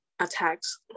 attacks